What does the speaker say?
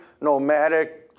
nomadic